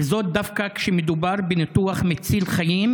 וזאת דווקא כשמדובר בניתוח מציל חיים,